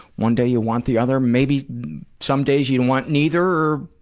one day you want the other. maybe some days you want neither, or,